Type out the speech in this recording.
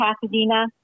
Pasadena